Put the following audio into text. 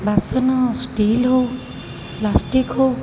ବାସନ ଷ୍ଟିଲ ହଉ ପ୍ଲାଷ୍ଟିକ୍ ହଉ